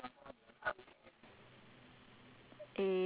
oh oh that's the origin story oh my gosh